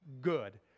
good